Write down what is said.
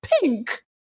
pink